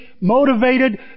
motivated